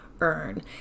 earn